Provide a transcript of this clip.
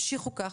המשיכו כך.